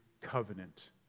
covenant